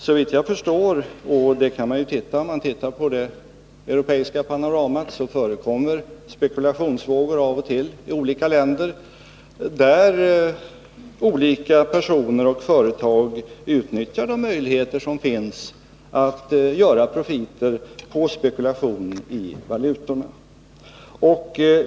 Såvitt jag förstår — det kan man se om man tittar på det europeiska panoramat — förekommer spekulationsvågor av och till i olika länder. Olika personer och företag utnyttjar de möjligheter som finns att göra profiter på spekulation i valutorna.